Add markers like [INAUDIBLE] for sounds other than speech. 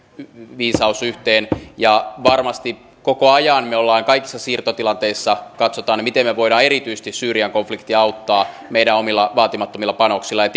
viisaus yhteen ja varmasti koko ajan kaikissa siirtotilanteissa katsotaan miten me voimme erityisesti syyrian konfliktia auttaa meidän omilla vaatimattomilla panoksillamme [UNINTELLIGIBLE]